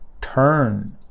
turn